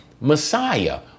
Messiah